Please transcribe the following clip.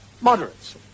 moderates